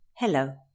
Hello